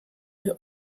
her